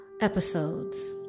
episodes